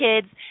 kids